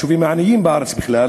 ליישובים העניים בארץ בכלל